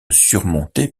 surmonté